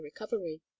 recovery